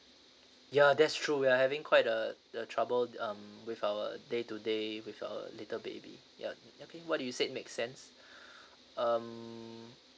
ya that's true we are having quite uh the trouble um with our day to day with our little baby ya okay what do you said make sense um